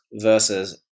versus